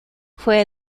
fue